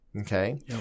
Okay